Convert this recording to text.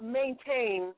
maintain